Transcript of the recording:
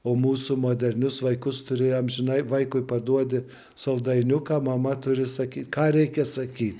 o mūsų modernius vaikus turi amžinai vaikui paduodi saldainiuką mama turi sakyt ką reikia sakyt